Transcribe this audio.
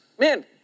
man